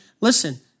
listen